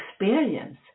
experience